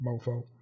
mofo